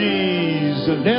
Jesus